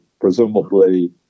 presumably